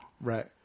Right